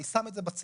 אני שם את זה בצד.